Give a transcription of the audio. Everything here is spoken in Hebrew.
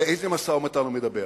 על איזה משא-ומתן הוא מדבר?